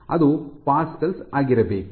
ಅದು ಪ್ಯಾಸ್ಕಲ್ಸ್ ಆಗಿರಬೇಕು